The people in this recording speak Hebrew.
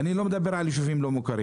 ואני לא מדבר על יישובים לא מוכרים,